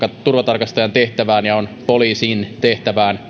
turvatarkastajan tehtävään ja on poliisin tehtävään